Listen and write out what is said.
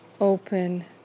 open